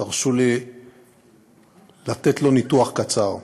תרשו לי לתת לו ניתוח קצר.